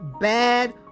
bad